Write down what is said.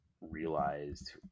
realized